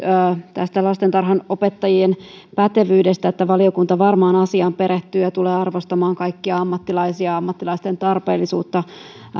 tästä lastentarhanopettajien pätevyydestä että valiokunta varmaan asiaan perehtyy ja ja tulee arvostamaan kaikkia ammattilaisia ammattilaisten tarpeellisuutta